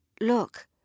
Look